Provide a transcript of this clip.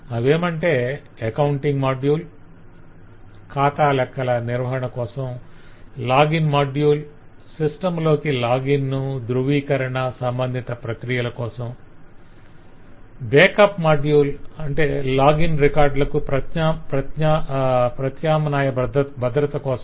అవేమంటే accounting module - ఖాతా లెక్కల నిర్వహణ కోసం లాగిన్ మాడ్యుల్ - సిస్టం లోకి లాగిన్ ధృవీకరణ సంబంధిత ప్రక్రియల కోసం బేకప్ మాడ్యుల్ - లాగిన్ రికార్డులకు ప్రత్యామ్నాయ భద్రత కోసం